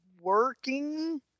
working